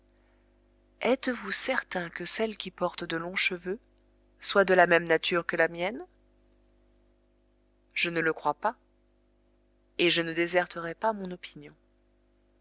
êtes-vous certain que celles qui portent de longs cheveux soient de la même nature que la mienne je ne le crois pas et je ne déserterai pas mon opinion